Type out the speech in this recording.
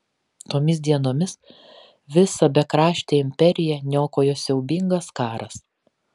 tomis dienomis visą bekraštę imperiją niokojo siaubingas karas